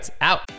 out